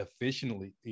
efficiently